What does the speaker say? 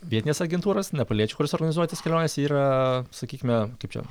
vietinės agentūros nepaliečių kurios organizuoja tas keliones yra sakykime kaip čia